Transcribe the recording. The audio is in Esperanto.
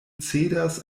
cedas